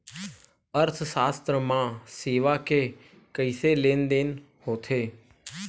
अर्थशास्त्र मा सेवा के कइसे लेनदेन होथे?